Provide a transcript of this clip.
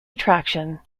attraction